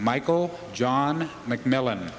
michael john mcmillan